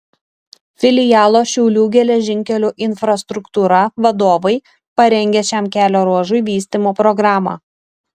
filialo šiaulių geležinkelių infrastruktūra vadovai parengė šiam kelio ruožui vystymo programą